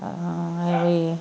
అవి